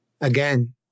again